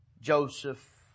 Joseph